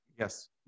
Yes